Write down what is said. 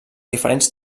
diferents